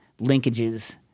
linkages